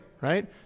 right